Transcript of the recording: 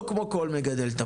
לא כמו כל מגדל תפוחים?